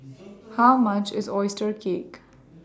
How much IS Oyster Cake